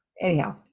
Anyhow